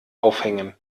aufhängen